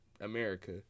America